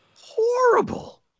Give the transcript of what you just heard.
Horrible